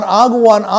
aguan